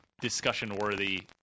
discussion-worthy